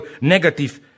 negative